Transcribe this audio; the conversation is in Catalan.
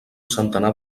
centenar